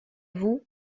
vous